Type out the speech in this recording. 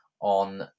on